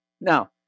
Now